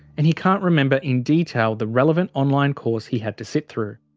and he can't remember in detail the relevant online course he had to sit through.